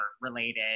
related